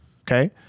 Okay